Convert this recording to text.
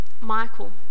michael